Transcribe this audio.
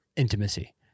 Intimacy